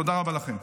תודה רבה לכם.